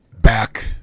back